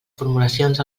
formulacions